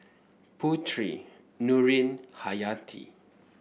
Putri Nurin Hayati